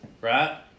right